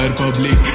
public